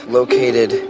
located